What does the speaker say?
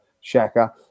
Shaka